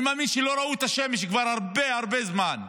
אני מאמין שהם לא ראו את השמש כבר הרבה הרבה זמן.